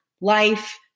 life